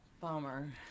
Bummer